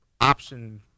option